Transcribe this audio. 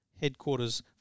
headquarters